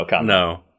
no